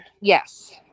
Yes